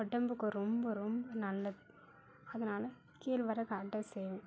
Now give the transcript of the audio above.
உடம்புக்கு ரொம்ப ரொம்ப நல்லது அதனால் கேழ்வரகு அடை செய்வேன்